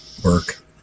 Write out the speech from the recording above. work